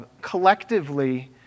collectively